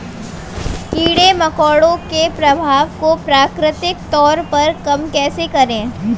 कीड़े मकोड़ों के प्रभाव को प्राकृतिक तौर पर कम कैसे करें?